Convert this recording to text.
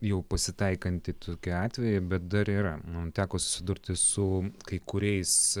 jau pasitaikanti tokie atvejai bet dar yra mums teko susidurti su kai kuriais